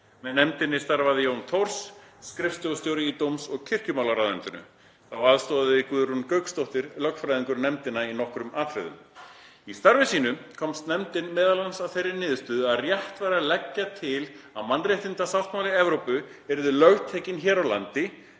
Með nefndinni starfaði Jón Thors, skrifstofustjóri í dóms- og kirkjumálaráðuneytinu. Þá aðstoðaði Guðrún Gauksdóttir lögfræðingur nefndina í nokkrum atriðum. Í starfi sínu komst nefndin meðal annars að þeirri niðurstöðu að rétt væri að leggja til að mannréttindasáttmáli Evrópu yrði lögtekinn hér á landi,